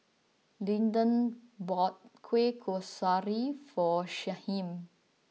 Lyndon bought Kueh Kasturi for Shyheim